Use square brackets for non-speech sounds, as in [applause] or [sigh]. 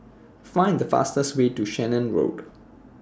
Find The fastest Way to [unintelligible] Road